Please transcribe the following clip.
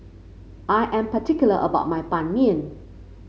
I am particular about my Ban Mian